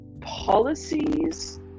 policies